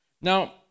Now